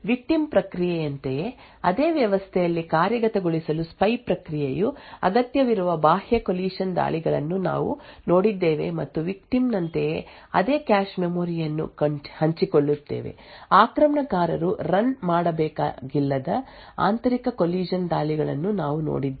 victim ಪ್ರಕ್ರಿಯೆಯಂತೆಯೇ ಅದೇ ವ್ಯವಸ್ಥೆಯಲ್ಲಿ ಕಾರ್ಯಗತಗೊಳಿಸಲು ಸ್ಪೈ ಪ್ರಕ್ರಿಯೆಯ ಅಗತ್ಯವಿರುವ ಬಾಹ್ಯ ಕೊಲಿಷನ್ ದಾಳಿಗಳನ್ನು ನಾವು ನೋಡಿದ್ದೇವೆ ಮತ್ತು ಬಲಿಪಶುವಿನಂತೆಯೇ ಅದೇ ಕ್ಯಾಶ್ ಮೆಮೊರಿ ಯನ್ನು ಹಂಚಿಕೊಳ್ಳುತ್ತೇವೆ ಆಕ್ರಮಣಕಾರರು ರನ್ ಮಾಡಬೇಕಾಗಿಲ್ಲದ ಆಂತರಿಕ ಕೊಲಿಷನ್ ದಾಳಿಗಳನ್ನು ನಾವು ನೋಡಿದ್ದೇವೆ